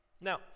Now